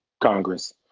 Congress